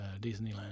Disneyland